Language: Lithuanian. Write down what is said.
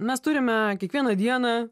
mes turime kiekvieną dieną